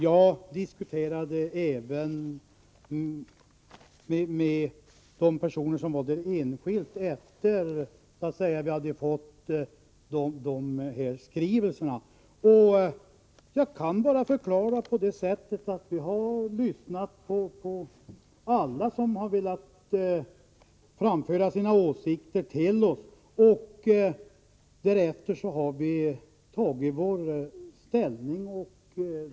Jag diskuterade även med enskilda efteråt sedan skrivelserna hade avlämnats. Vi har lyssnat på alla som har velat framföra sina åsikter till oss, och därefter har vi intagit vår ståndpunkt.